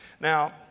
Now